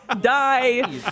Die